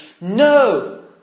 No